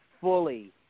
fully –